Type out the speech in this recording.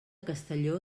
castelló